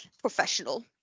Professional